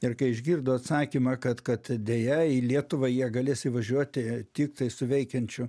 ir kai išgirdo atsakymą kad kad deja į lietuvą jie galės įvažiuoti tiktai su veikiančiu